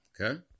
okay